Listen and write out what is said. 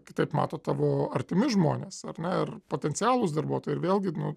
kitaip mato tavo artimi žmonės ar ne ir potencialūs darbuotojai ir vėlgi nu